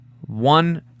one